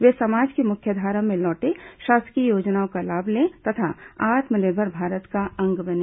वे समाज की मुख्यधारा में लौटें शासकीय योजनाओं का लाभ लें और आत्मनिर्भर भारत का अंग बनें